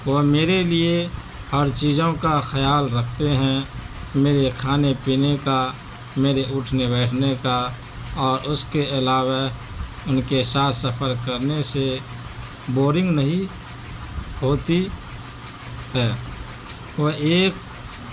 وہ میرے لیے ہر چیزوں کا خیال رکھتے ہیں میرے کھانے پینے کا میرے اٹھنے بیٹھنے کا اور اس کے علاوہ ان کے ساتھ سفر کرنے سے بورنگ نہیں ہوتی ہے وہ ایک